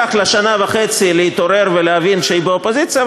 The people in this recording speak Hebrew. לקח לה שנה וחצי להתעורר ולהבין שהיא באופוזיציה,